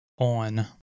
On